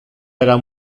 era